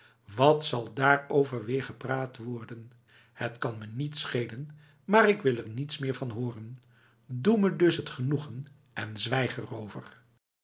wat zal daarover weer gepraat worden het kan me niet schelen maar ik wil er niets meer van horen doe me dus het genoegen en zwijg erover